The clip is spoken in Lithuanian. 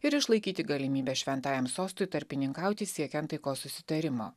ir išlaikyti galimybę šventajam sostui tarpininkauti siekiant taikos susitarimo